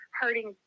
hurting